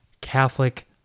Catholic